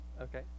Okay